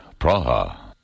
Praha